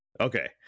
Okay